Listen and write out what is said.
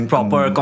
Proper